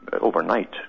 overnight